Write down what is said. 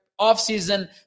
offseason